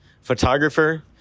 photographer